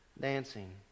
dancing